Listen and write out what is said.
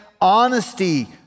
honesty